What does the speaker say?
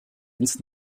ins